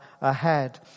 ahead